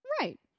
Right